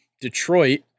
Detroit